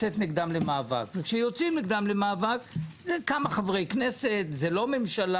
עם מי מנהלים את המאבק עם אותם אלה שמשתמשים בשקיות